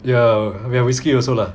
ya we have whisky also lah